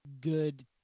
good